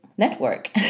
network